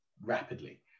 rapidly